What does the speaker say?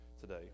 Today